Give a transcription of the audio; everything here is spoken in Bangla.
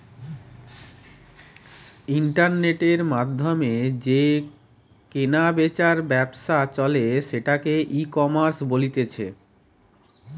ইন্টারনেটের মাধ্যমে যে কেনা বেচার ব্যবসা চলে সেটাকে ইকমার্স বলতিছে